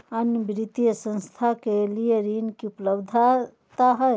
अन्य वित्तीय संस्थाएं के लिए ऋण की उपलब्धता है?